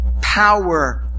power